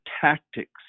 tactics